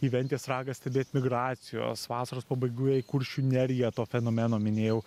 į ventės ragą stebėt migracijos vasaros pabaigoje į kuršių neriją to fenomeno minėjau